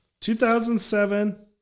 2007